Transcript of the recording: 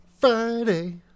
friday